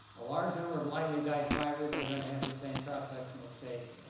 a large number of lightly dyed fibers are gonna have the same cross sectional shape.